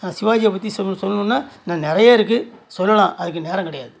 சிவாஜியை பற்றி சொல் சொல்லணுனா இன்னும் நிறைய இருக்குது சொல்லலாம் அதுக்கு நேரம் கிடையாது